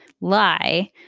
lie